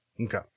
Okay